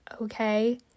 okay